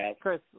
Chris